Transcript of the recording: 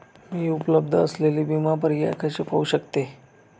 मी उपलब्ध असलेले विमा पर्याय कसे पाहू शकते?